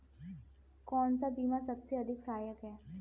कौन सा बीमा सबसे अधिक सहायक है?